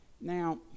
Now